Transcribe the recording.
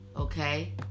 Okay